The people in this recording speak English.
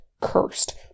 cursed